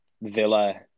Villa